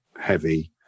heavy